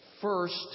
First